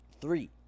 Three